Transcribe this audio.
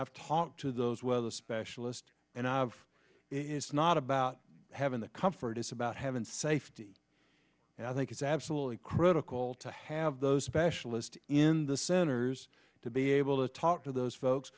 i've talked to those weather specialist and i've it's not about having the comfort it's about have and safety and i think it's absolutely critical to have those specialist in the centers to be able to talk to those folks